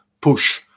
push